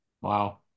wow